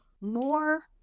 more